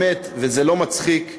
וזה לא מצחיק,